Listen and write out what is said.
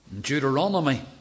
Deuteronomy